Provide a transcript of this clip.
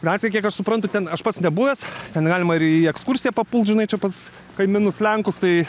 gatvėj kiek aš suprantu ten aš pats nebuvęs ten galima ir į ekskursiją papult žinai čia pas kaimynus lenkus tai